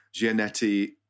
Giannetti